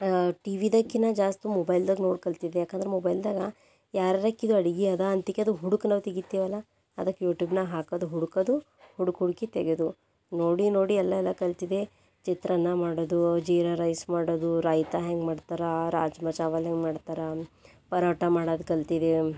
T ವಿದಕ್ಕಿನ್ನ ಜಾಸ್ತಿ ಮೊಬೈಲ್ದಾಗ ನೋಡಿ ಕಲ್ತಿದೆ ಯಾಕಂದ್ರೆ ಮೊಬೈಲ್ದಾಗ ಯಾರ್ರಕ್ಕಿದು ಅಡಿಗೆ ಅದ ಅಂತಿಕ್ಕೆದು ಹುಡುಕಿ ನಾವು ತೆಗಿತೇವಲ್ಲ ಅದಕ್ಕೆ ಯೂಟ್ಯೂಬ್ನಾಗ ಹಾಕೋದು ಹುಡುಕೋದು ಹುಡುಕಿ ಹುಡುಕಿ ತೆಗೆದು ನೋಡಿ ನೋಡಿ ಎಲ್ಲೆಲ್ಲ ಕಲ್ತಿದೆ ಚಿತ್ರಾನ್ನ ಮಾಡೋದು ಜೀರಾ ರೈಸ್ ಮಾಡೋದು ರಾಯ್ತಾ ಹೆಂಗೆ ಮಾಡ್ತಾರೆ ರಾಜ್ಮಾ ಚಾವಲ್ ಹೆಂಗೆ ಮಾಡ್ತಾರೆ ಪರೋಟ ಮಾಡೋದು ಕಲ್ತಿದೆ